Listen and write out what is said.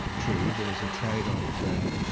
true. there is a trade-off there.